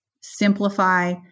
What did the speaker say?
simplify